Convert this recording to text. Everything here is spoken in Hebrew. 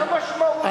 מה המשמעות